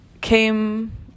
came